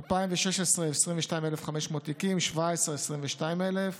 ב-2016, 22,500 תיקים, ב-2017, 22,000,